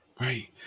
Right